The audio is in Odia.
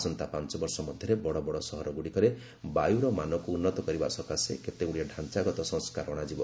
ଆସନ୍ତା ପାଂଚ ବର୍ଷ ମଧ୍ୟରେ ବଡ଼ବଡ଼ ସହରଗୁଡ଼ିକରେ ବାୟୁର ମାନକୁ ଉନ୍ନତ କରିବା ସକାଶେ କେତେଗୁଡ଼ିଏ ଢାଂଚାଗତ ସଂସ୍କାର ଅଣାଯିବ